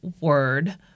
word